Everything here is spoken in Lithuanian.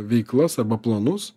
veiklas arba planus